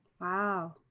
Wow